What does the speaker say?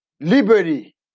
liberty